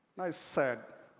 i said,